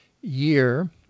year